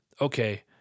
okay